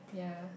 ya